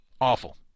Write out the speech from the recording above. Awful